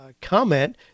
comment